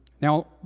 Now